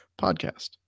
podcast